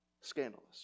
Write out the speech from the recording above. scandalous